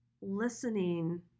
listening